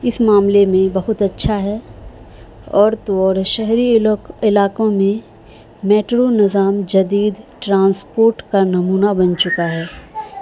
اس معاملے میں بہت اچھا ہے اور تو اور شہری علاقوں میں میٹرو نظام جدید ٹرانسپورٹ کا نمونہ بن چکا ہے